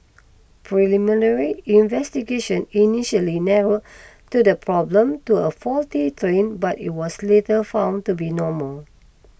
preliminary investigation initially narrowed to the problem to a faulty train but it was later found to be normal